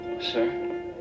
sir